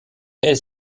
est